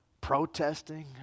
protesting